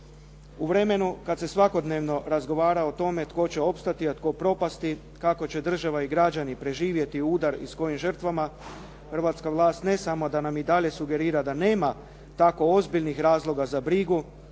U vremenu kad se svakodnevno razgovara o tome tko će opstati, a tko propasti, kako će država i građani preživjeti udar i s kojim žrtvama, hrvatska vlast ne samo da nam i dalje sugerira da nema tako ozbiljnih razloga za brigu,